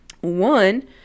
One